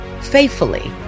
faithfully